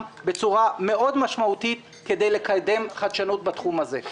בצורה משמעותית מאוד כדי לקדם חדשנות בתחום הזה.